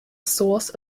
source